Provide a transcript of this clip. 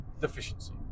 deficiency